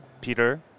Peter